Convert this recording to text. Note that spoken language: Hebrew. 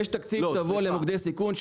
יש תקציב קבוע למוקדי סיכון,